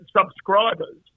subscribers